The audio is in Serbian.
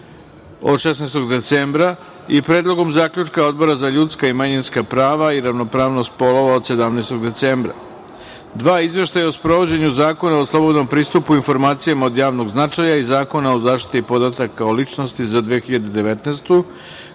od 16. decembra i Predlogom zaključka Odbora za ljudska i manjinska prava i ravnopravnost polova od 17. decembra 2020. godine;2. Izveštaj o sprovođenju Zakona o slobodnom pristupu informacijama od javnog značaja i Zakona o zaštiti podataka o ličnosti za 2019.